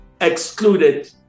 excluded